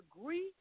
agree